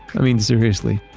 i mean seriously,